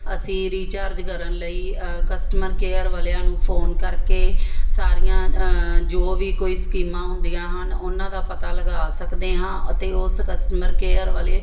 ਅਸੀਂ ਰੀਚਾਰਜ ਕਰਨ ਲਈ ਕਸਟਮਰ ਕੇਅਰ ਵਾਲਿਆਂ ਨੂੰ ਫੋਨ ਕਰਕੇ ਸਾਰੀਆਂ ਜੋ ਵੀ ਕੋਈ ਸਕੀਮਾਂ ਹੁੰਦੀਆਂ ਹਨ ਉਹਨਾਂ ਦਾ ਪਤਾ ਲਗਾ ਸਕਦੇ ਹਾਂ ਅਤੇ ਉਸ ਕਸਟਮਰ ਕੇਅਰ ਵਾਲੇ